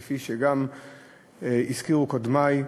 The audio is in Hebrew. כפי שגם הזכירו קודמי,